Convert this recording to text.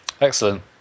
Excellent